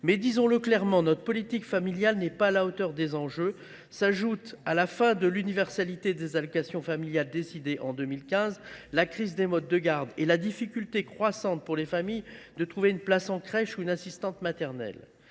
Affirmons le clairement : notre politique familiale n’est pas à la hauteur des enjeux. S’ajoutent à la fin de l’universalité des allocations familiales, décidée en 2015, la crise des modes de garde et la difficulté croissante pour les familles de trouver une place en crèche ou une assistante maternelle.